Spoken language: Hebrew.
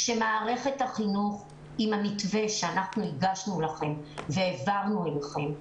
כשמערכת החינוך עם המתווה שאנחנו הגשנו לכם והעברנו אליכם,